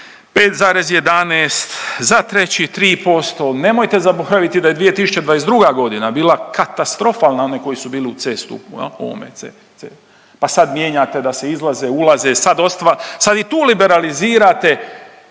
5,11, za 3. – 3%. nemojte zaboraviti da je 2022. godina bila katastrofalna one koji su bili u C stupu, u ovome C. C. pa sad mijenjate da se izlaze, ulaze, sad i tu liberalizirate